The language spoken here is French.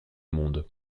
monde